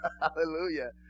Hallelujah